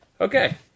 Okay